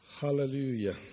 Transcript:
Hallelujah